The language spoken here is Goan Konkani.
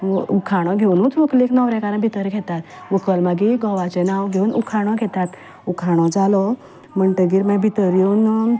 उखाणो घेवनूच व्हंकलेक आनी न्हवऱ्याक भितर घेतात व्हंकल मागीर घोवाचें नांव घेवन उखाणो घेता उखाणो जालो म्हणटगीर मागीर भितर येवन